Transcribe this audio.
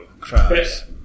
crabs